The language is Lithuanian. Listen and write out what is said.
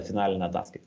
finalinę ataskaitą